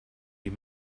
you